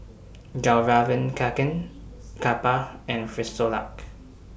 Fjallraven Kanken Kappa and Frisolac